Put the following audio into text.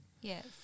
yes